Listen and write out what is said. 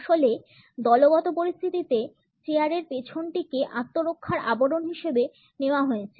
আসলে দলগত পরিস্থিতিতে চেয়ারের পেছনটিকে আত্মরক্ষার আবরণ হিসেবে নেওয়া হয়েছে